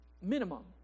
minimum